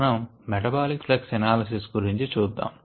మనం metabolic flux analysis గురించి చూద్దాము